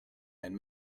and